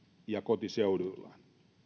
ja kotiseuduillaan